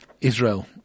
Israel